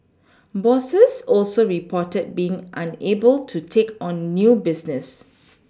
bosses also reported being unable to take on new business